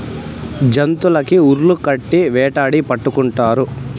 జంతులకి ఉర్లు కట్టి వేటాడి పట్టుకుంటారు